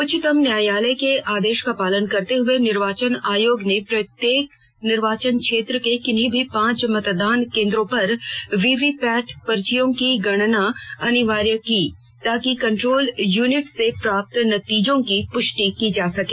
उच्चतम न्यायालय के आदेश का पालन करते हुए निर्वाचन आयोग ने प्रत्येक निर्वाचन क्षेत्र के किन्ही भी पांच मतदान केन्द्रों पर वीवीपैट पर्चियों की गणना अनिवार्य की ताकि कन्द्रोल यूनिट से प्राप्त नतीजों की पुष्टि की जा सके